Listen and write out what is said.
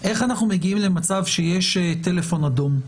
איך אנחנו מגיעים למצב שיש טלפון אדום,